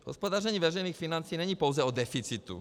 Hospodaření veřejných financí není pouze o deficitu.